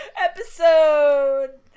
Episode